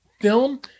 film